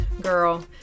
Girl